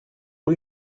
που